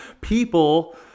people